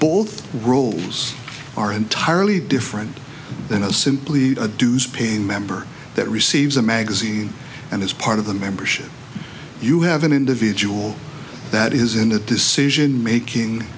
both roles are entirely different than a simply a dues paying member that receives a magazine and as part of the membership you have an individual that is in a decision making